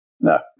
No